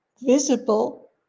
visible